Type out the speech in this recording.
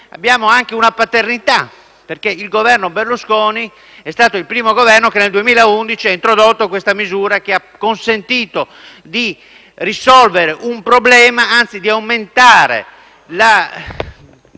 abbiamo anche una paternità. Il governo Berlusconi è stato infatti il primo Governo che nel 2011 ha introdotto questa misura, che ha consentito di risolvere un problema, anzi di diminuire l'area